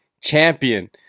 champion